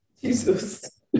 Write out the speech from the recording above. Jesus